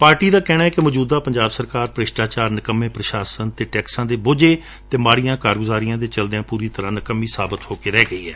party ਦਾ ਕਹਿਣੈ ਕਿ ਮੌਜੂਦਾ ਪੰਜਾਬ ਸਰਕਾਰ ਭ੍ਸਿ਼ਟਾਚਾਰ ਨਿਕੰਮੇ ਪ੍ਸ਼ਾਸਨ ਟੈਕਸਾਂ ਦੇ ਬੋਝੇ ਅਤੇ ਮੜੀਆਂ ਕਾਰਗੁਜ਼ਾਰੀਆਂ ਦੇ ਚਲਦਿਆਂ ਪੁਰੀ ਤਰਾਂ ਨਿਕਮੀ ਸਾਬਤ ਹੋ ਕੇ ਰਹਿ ਗਈ ਏ